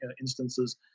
instances